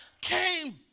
came